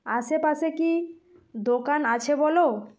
আশেপাশে কি দোকান আছে বলো